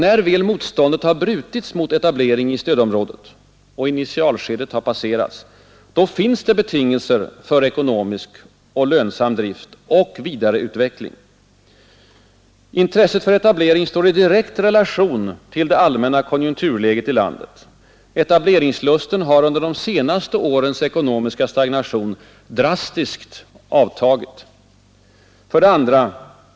När motståndet väl har brutits mot etablering i stödområdet och initialskedet har passerats, finns det betingelser för ekonomisk och lönsam drift samt vidareutveckling. Intresset för etablering står i direkt relation till det allmänna konjunkturläget i landet. Etableringslusten har under de senaste årens ekonomiska stagnation drastiskt avtagit. 2.